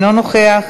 אינו נוכח,